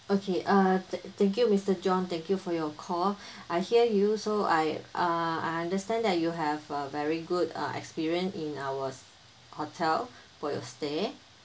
okay uh thank you mister john thank you for your call I hear you so I uh I understand that you have a very good uh experience in our hotel for your stay